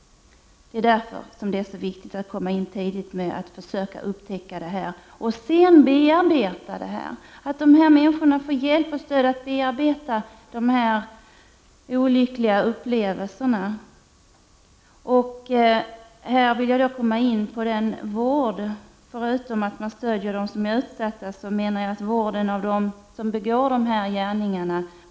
Det är därför som det är så viktigt att försöka upptäcka sådana här fall tidigt och att sedan bearbeta dem. De här människorna måste få hjälp och stöd att bearbeta sina olyckliga upplevelser. Jag vill här komma in på vårdfrågan. Förutom att man skall ge stöd till de utsatta menar jag att man också måste förbättra vården av dem som begår de här gärningarna.